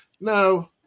No